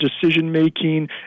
decision-making